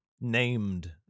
named